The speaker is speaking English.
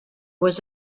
was